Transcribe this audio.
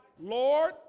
Lord